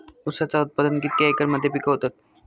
ऊसाचा उत्पादन कितक्या एकर मध्ये पिकवतत?